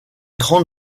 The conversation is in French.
trente